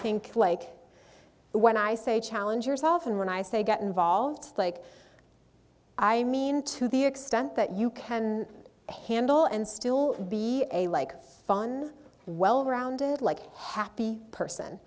think like when i say challenge yourself and when i say get involved like i mean to the extent that you can handle and still be a like fun and well grounded like a happy person